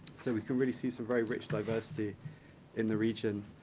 so we can really see some very rich diversity in the region.